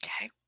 Okay